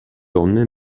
donne